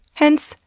hence,